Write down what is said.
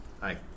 Hi